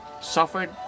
suffered